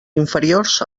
inferiors